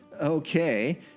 Okay